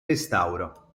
restauro